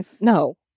No